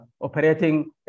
operating